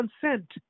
consent